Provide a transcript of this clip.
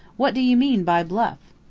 what do you mean by bluff?